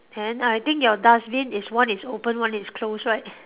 then I think your dustbin is one is open one is close right